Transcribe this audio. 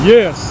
Yes